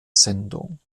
sendung